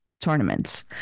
tournaments